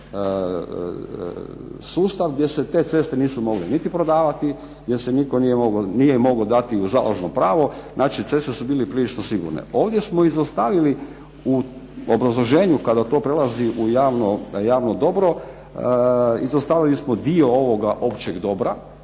sustav gdje se te ceste nisu mogle niti prodavati, jer se nitko nije mogao dati u …/Govornik se ne razumije./… pravo. Znači ceste su bile prilično sigurne. Ovdje smo izostavili u obrazloženju, kada to prelazi u javno dobro, izostavili smo dio ovoga općeg dobra,